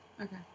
okay